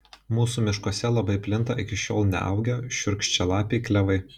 mūsų miškuose labai plinta iki šiol čia neaugę šiurkščialapiai klevai